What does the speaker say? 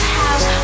house